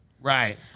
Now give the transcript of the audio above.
right